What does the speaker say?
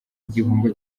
igihombo